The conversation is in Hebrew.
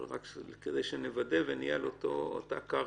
אבל רק כדי שנוודא ונהיה על אותה קרקע.